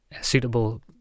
suitable